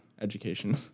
education